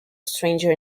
stranger